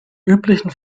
üblichen